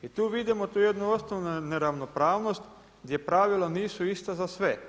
I tu vidimo tu jednu osnovnu neravnopravnost gdje pravila nisu ista za sve.